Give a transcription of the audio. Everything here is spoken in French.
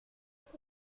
qui